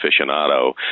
aficionado